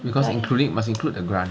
because including must include the grand